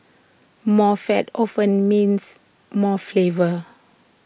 more fat often means more flavour